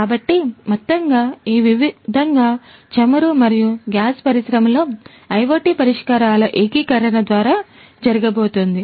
కాబట్టి మొత్తంగా ఈ విధంగా చమురు మరియు గ్యాస్ పరిశ్రమలో IoT పరిష్కారాల ఏకీకరణ ద్వారా జరగబోతోంది